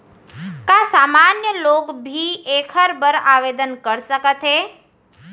का सामान्य लोग भी एखर बर आवदेन कर सकत हे?